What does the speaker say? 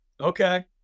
Okay